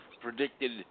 predicted